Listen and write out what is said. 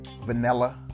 vanilla